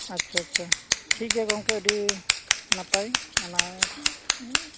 ᱟᱪᱪᱷᱟᱼᱟᱪᱪᱷᱟ ᱴᱷᱤᱠ ᱜᱮᱭᱟ ᱜᱚᱢᱠᱮ ᱟᱹᱰᱤ ᱱᱟᱯᱟᱭ ᱟᱢᱟᱜ